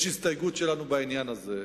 יש הסתייגות שלנו בעניין הזה,